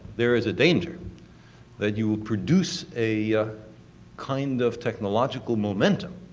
there's a danger that you'll produce a kind of technological momentum,